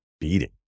beating